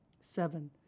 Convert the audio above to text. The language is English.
Seven